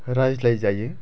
रायज्लाय जायो